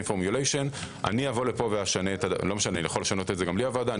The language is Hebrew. פורמוליישן אבוא לפה יכול לשנות את זה גם בלי הוועדה.